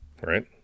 Right